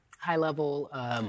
High-level